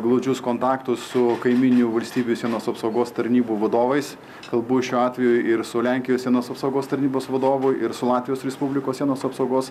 glaudžius kontaktus su kaimyninių valstybių sienos apsaugos tarnybų vadovais kalbu šiuo atveju ir su lenkijos sienos apsaugos tarnybos vadovu ir su latvijos respublikos sienos apsaugos